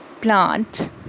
plant